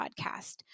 podcast